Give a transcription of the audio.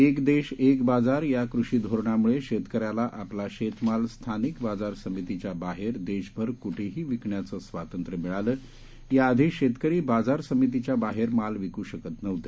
एकदेशएकबाजार याकृषीधोरणामुळेशतकऱ्यालाआपलाशेतमालस्थानिकबाजारसमितीच्याबाहेरदेशभरकुठेहीविकण्याचंस्वातंत्र्यमिळालं याआधीशेतकरीबाजारसमितीच्याबाहेरमालविकूशकतनव्हते